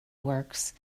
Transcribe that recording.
works